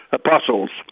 apostles